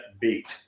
beat